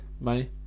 Money